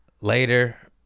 later